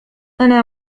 أنا